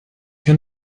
your